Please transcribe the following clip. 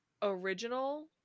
original